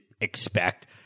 expect